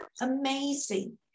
amazing